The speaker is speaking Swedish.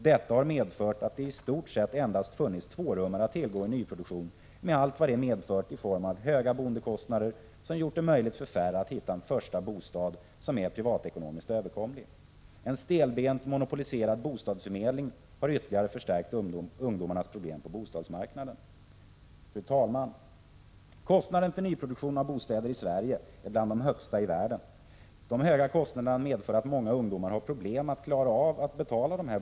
Detta har medfört att det i stort sett endast har funnits tvårummare att tillgå i nyproduktion, med allt vad det medfört i form av höga boendekostnader. En följd har blivit att färre personer har kunnat hitta en första bostad som är privatekonomiskt äl överkomlig. En stelbent, monopoliserad bostadsförmedling har ytterligare förstärkt ungdomarnas problem på bostadsmarknaden. Fru talman! Kostnaderna för nyproduktion av bostäder i Sverige är bland de högsta i världen. De höga kostnaderna medför att många ungdomar har problem att klara av betalningen.